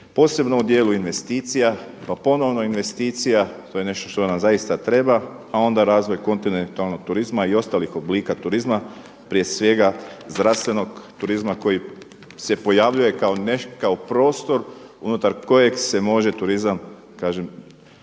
posebno u djelu investicija, pa ponovno investicija to je nešto što nam zaista treba a onda razvoj kontinentalnog turizma i ostalih oblika turizma prije svega zdravstvenog turizma koji se pojavljuje kao prostor unutar kojeg se može turizam kažem